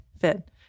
fit